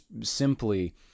simply